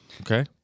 Okay